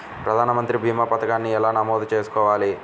ప్రధాన మంత్రి భీమా పతకాన్ని ఎలా నమోదు చేసుకోవాలి?